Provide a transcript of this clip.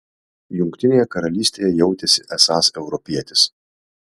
jungtinėje karalystėje jautėsi esąs europietis